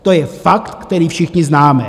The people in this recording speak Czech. To je fakt, který všichni známe.